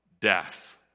death